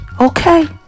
Okay